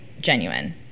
genuine